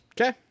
Okay